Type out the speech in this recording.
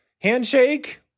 Handshake